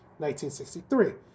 1963